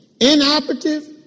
inoperative